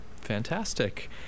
Fantastic